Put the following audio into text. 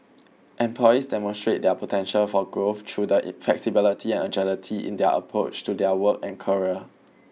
employees demonstrate their potential for growth through the flexibility and agility in their approach to their work and career